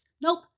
Nope